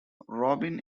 robin